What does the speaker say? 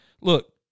Look